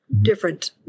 different